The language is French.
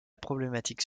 problématique